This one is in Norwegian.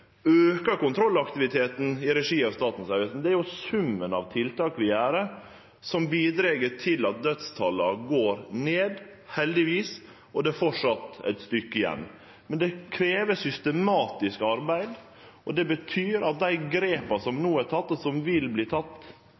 kontrollaktiviteten i regi av Statens vegvesen. Det er jo summen av tiltak vi gjer, som bidreg til at dødstala går ned – heldigvis – og det er framleis eit stykke igjen. Men det krev systematisk arbeid, og det betyr at dei grepa som no er tekne, og som vil